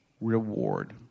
reward